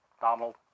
Donald